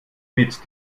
mit